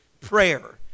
prayer